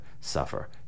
suffer